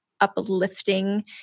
uplifting